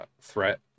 threat